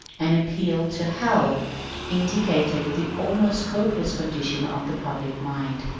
an appeal to hell indicated the almost hopeless condition of the public mind.